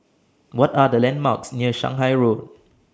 What Are The landmarks near Shanghai Road